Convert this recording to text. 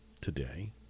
today